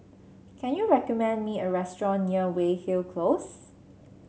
can you recommend me a restaurant near Weyhill Close